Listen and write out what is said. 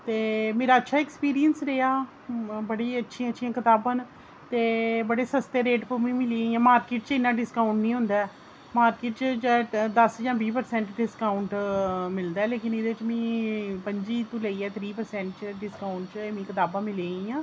ते मेरा अच्छा एक्सपीरियंस रेहा बड़ी अच्छियां अच्छियां कताबां न ते बड़े सस्ते रेट पर मिगी मिली गेईयां मार्किट च इन्ना डिसकाऊंट नेईं होंदा मार्किट च दस कोला पंदरां पर्सैंट डिस्काऊंट मिलदा ऐ पर एह्दे च मिगी बीह् कौला पन्जीह् प्रसैंट मिगी डिस्काऊंट मिली गेआ